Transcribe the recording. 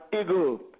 eagle